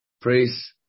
Praise